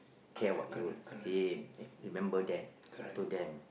care what you've seen remember them I told them